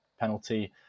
penalty